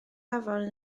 afon